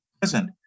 present